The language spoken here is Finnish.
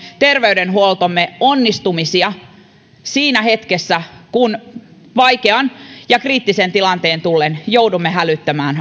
terveydenhuoltomme onnistumisia siinä hetkessä kun vaikean ja kriittisen tilanteen tullen joudumme hälyttämään